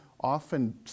often